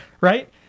right